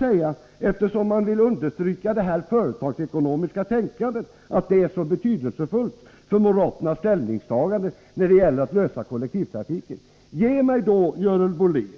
Moderaterna understryker att det företagsekonomiska tänkandet är så betydelsefullt för deras ställningstagande när det gäller att lösa kollektivtrafiken. Ge mig då, Görel Bohlin,